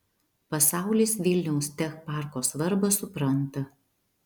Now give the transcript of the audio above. pasaulis vilniaus tech parko svarbą supranta